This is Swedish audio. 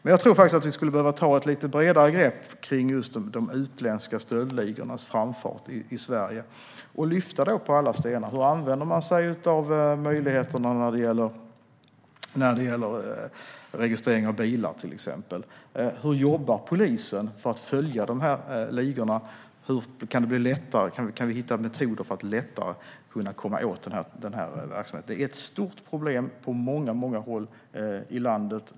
Men jag tror faktiskt att vi skulle behöva ta ett bredare grepp om just de utländska stöldligornas framfart i Sverige och vända på alla stenar. Hur använder man sig av möjligheterna när det gäller till exempel registrering av bilar? Hur jobbar polisen för att följa de här ligorna? Kan det bli lättare - kan vi hitta metoder för att lättare komma åt den här verksamheten? Det är ett stort problem på många håll i landet.